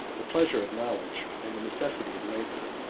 the pleasure of knowledge, and the necessity of labor.